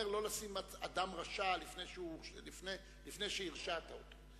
שמנו את רוב הדגש על 2011,